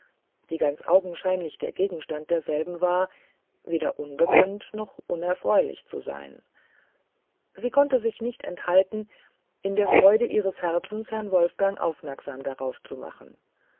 die ganz augenscheinlich der gegenstand derselben war weder unbekannt noch unerfreulich zu sein sie konnte sich nicht enthalten in der freude ihres herzens herrn wolfgang aufmerksam darauf zu machen